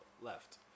left